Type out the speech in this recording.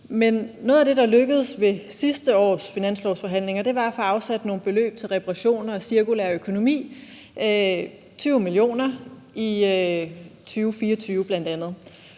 noget af det, der lykkedes ved sidste års finanslovsforhandlinger, var at få afsat nogle beløb til reparationer og cirkulær økonomi – bl.a. 20 mio. kr.